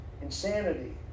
insanity